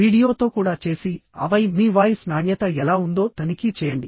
వీడియోతో కూడా చేసి ఆపై మీ వాయిస్ నాణ్యత ఎలా ఉందో తనిఖీ చేయండి